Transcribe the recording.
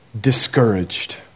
discouraged